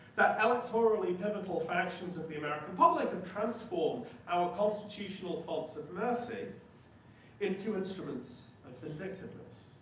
that electorally pivotal factions of the american public and transform our constitutional of mercy into instruments of vindictiveness.